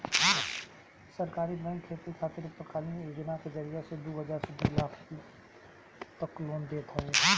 सहकारी बैंक खेती खातिर अल्पकालीन योजना के जरिया से दू हजार से दू लाख तक के लोन देत हवे